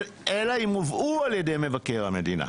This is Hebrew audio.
אלא אם הובאו על ידי מבקר המדינה.